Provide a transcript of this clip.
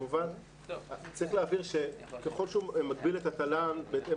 צריך להבהיר שככל שהוא מגביל את התל"ן בהתאם